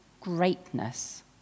greatness